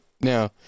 now